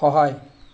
সহায়